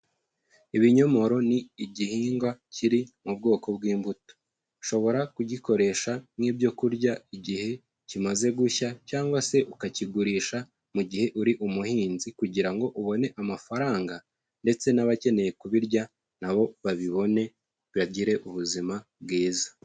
Ibinyomoro ni igihingwa kiri mu bwoko bw'imbuto, ushobora kugikoresha nk'ibyo kurya igihe kimaze gushya cyangwa se ukakigurisha mu gihe uri umuhinzi kugira ngo ubone amafaranga ndetse n'abakeneye kubirya na bo babibone, bagire ubuzima bwiza.